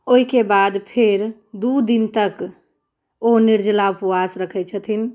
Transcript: ओहिके बाद फेर दू दिन तक ओ निर्जला उपवास रखैत छथिन